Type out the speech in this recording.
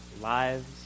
lives